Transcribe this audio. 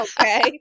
Okay